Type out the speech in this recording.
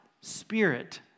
Spirit